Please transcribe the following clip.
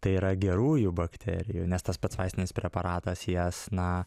tai yra gerųjų bakterijų nes tas pats vaistinis preparatas jas na